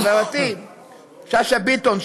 חברתי שאשא ביטון,